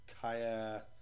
Kaya